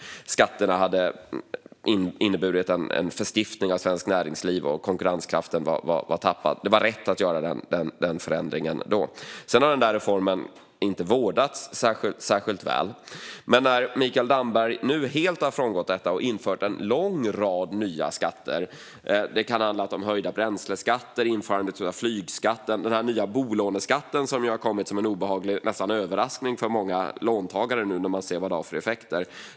Skatterna hade inneburit en förstelning av svenskt näringsliv, som hade tappat konkurrenskraften. Det var rätt att göra den förändringen då. Sedan har den reformen inte vårdats särskilt väl, och nu har Mikael Damberg helt frångått den och infört en lång rad nya skatter. Det handlar om höjda bränsleskatter och införandet av flygskatten. Den nya bolåneskatten har kommit som en obehaglig överraskning för många låntagare nu när man ser vad den har för effekter.